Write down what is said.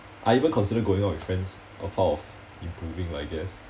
I even consider going out with friends a part of improving I guess